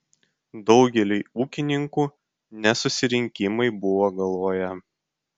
daugeliui ūkininkų ne susirinkimai buvo galvoje